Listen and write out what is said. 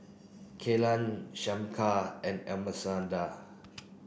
Kellan Shamika and